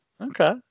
Okay